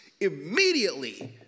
immediately